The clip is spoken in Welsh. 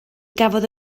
gafodd